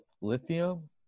lithium